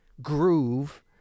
groove